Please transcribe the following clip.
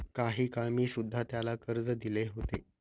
काही काळ मी सुध्धा त्याला कर्ज दिले होते